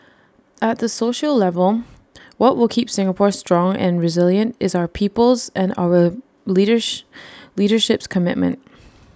at the social level what will keep Singapore strong and resilient is our people's and our leadership's commitment